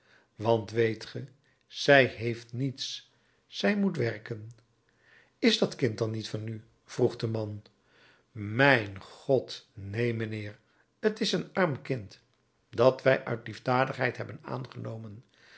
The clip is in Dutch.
want weet ge zij heeft niets zij moet werken is dat kind dan niet van u vroeg de man mijn god neen mijnheer t is een arm kind dat wij uit liefdadigheid hebben aangenomen